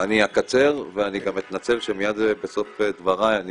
אני אקצר ואני גם אתנצל שמיד בסוף דבריי אני